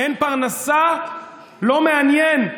אין פרנסה, לא מעניין.